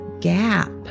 gap